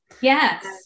Yes